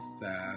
sad